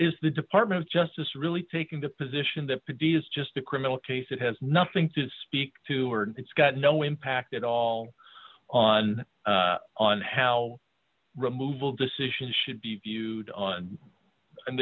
is the department of justice really taking the position that produces just a criminal case it has nothing to speak to or it's got no impact at all on on how removal decisions should be viewed on and